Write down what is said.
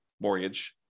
mortgage